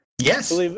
yes